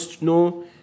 no